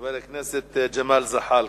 חבר הכנסת ג'מאל זחאלקה,